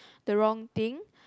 the wrong thing